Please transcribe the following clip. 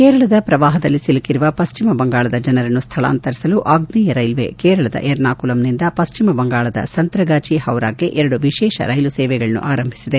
ಕೇರಳದ ಪ್ರವಾಹದಲ್ಲಿ ಸಿಲುಕಿರುವ ಪಶ್ಚಿಮಬಂಗಾಳದ ಜನರನ್ನು ಸ್ಥಳಾಂತರಿಸಲು ಆಗ್ನೇಯ ರೈಲ್ವೆ ಕೇರಳದ ಎರ್ನಾಕುಲಂನಿಂದ ಪಶ್ಚಿಮಬಂಗಾಳದ ಸಂತ್ರಗಾಚಿ ಹೌರಾಕ್ಷೆ ಎರಡು ವಿಶೇಷ ರೈಲು ಸೇವೆಗಳನ್ನು ಆರಂಭಿಸಿದೆ